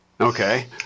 Okay